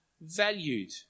valued